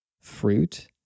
fruit